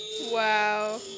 Wow